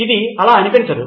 ఇది అలా అనిపించదు